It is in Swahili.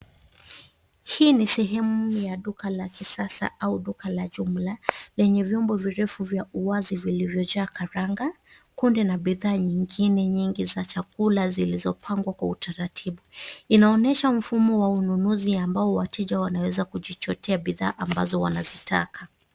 Hii ni sehemu ya duka la kisasa au duka la jumla lenye vyombo virefu vya uwazi vilivyo jaa karanga, kunde na bidhaa nyingine za chakula zilizopangwa kwa utaratibu. Inaonyesha mfumo wa ununuzi ambapo wateja wanaweza kujitotea bidhaa ambazo wanazitaka.